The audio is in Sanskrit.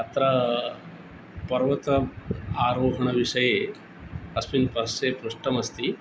अत्र पर्वत आरोहणविषये अस्मिन् प्रश्ने पृष्टमस्ति